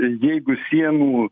jeigu sienų